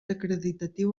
acreditatiu